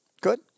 Good